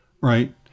right